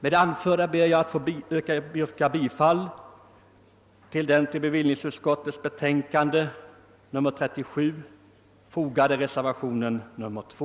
Med det anförda ber jag att få yrka bifall till den till bevillningsutskottets betänkande nr 37 fogade reservationen 2.